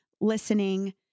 listening